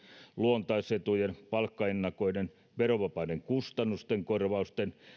luontaisetujen palkkaennakoiden verovapaiden kustannusten korvausten